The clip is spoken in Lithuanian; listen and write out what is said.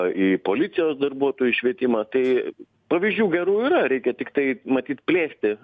į policijos darbuotojų švietimą tai pavyzdžių gerų yra reikia tiktai matyt plėsti